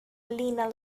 lena